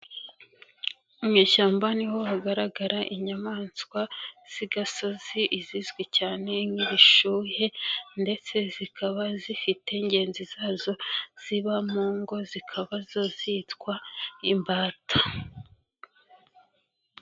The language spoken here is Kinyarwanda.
Mu mu ishyamba niho hagaragara inyamaswa z'i gasozi, izizwi cyane nk'ibishuhe ndetse zikaba zifite ingenzi zazo ziba mu ngo zikaba zo zitwa imbata.